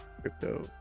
Crypto